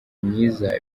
myiza